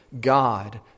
God